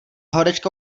horečka